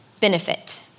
benefit